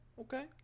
Okay